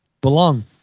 belong